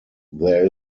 there